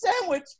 sandwich